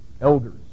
elders